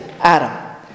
Adam